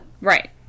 Right